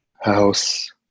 house